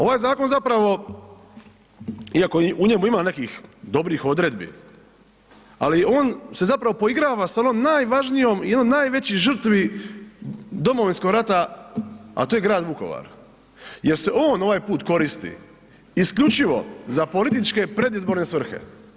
Ovaj zakon zapravo, iako u njemu ima nekih dobrih odredbi, ali on se zapravo poigrava sa onom najvažnijom, i onom od najvećih žrtvi Domovinskog rata, a to je grad Vukovar jer se on ovaj put koristi isključivo za političke, predizborne svrhe.